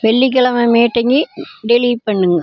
வெள்ளிக் கெழம மீட்டிங்கை டெலீட் பண்ணுங்கள்